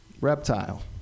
reptile